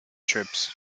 troops